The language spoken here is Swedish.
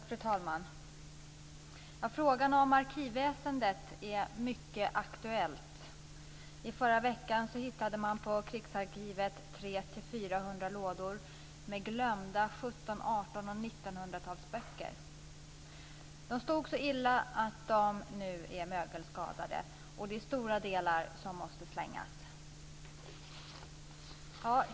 Fru talman! Frågan om arkivväsendet är mycket aktuell. I förra veckan hittade man på Krigsarkivet talsböcker. De förvarades så illa att de nu är mögelskadade. Stora delar av samlingen måste därför slängas.